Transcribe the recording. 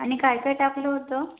आणि काय काय टाकलं होतं